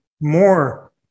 more